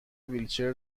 ویلچر